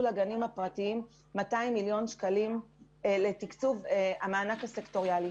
לגנים 200 מיליון שקלים לתקצוב המענק הסקטוריאלי.